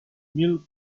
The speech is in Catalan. mil